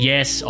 Yes